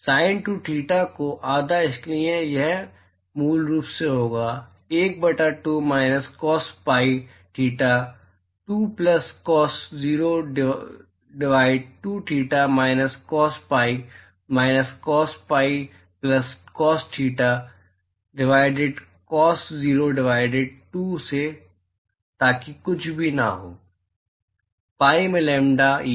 sign 2 theta का आधा इसलिए यह मूल रूप से होगा 1 बटा 2 माइनस कॉस पीआई बटा 2 plus cos 0 divide to 2 minus cos pi minus cos pi plus cos theta divided cos 0 divided 2 से ताकि कुछ भी न हो पीआई मैं लैम्ब्डा ई